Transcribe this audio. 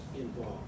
involved